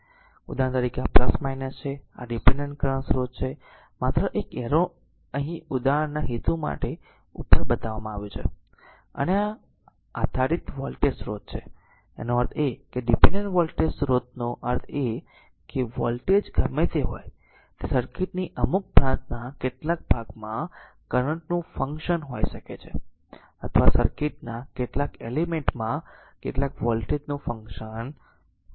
તેથી ઉદાહરણ તરીકે આ છે આ ડીપેન્ડેન્ટ કરંટ સ્રોત છે માત્ર એક એરો અહીં ઉદાહરણના હેતુ માટે ઉપર બતાવવામાં આવ્યું છે અને આ r આધારિત વોલ્ટેજ સ્રોત છે તેનો અર્થ એ છે કે ડીપેન્ડેન્ટ વોલ્ટેજ સ્રોતનો અર્થ એ છે કે આ વોલ્ટેજ ગમે તે હોય તે સર્કિટ ની અમુક બ્રાંચના કેટલાક ભાગમાં કરંટ નું ફંક્શન હોઈ શકે છે અથવા સર્કિટ ના કેટલાક એલિમેન્ટ માં કેટલાક વોલ્ટેજ નું ફંક્શન હોઈ શકે છે